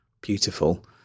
beautiful